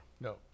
No